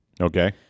Okay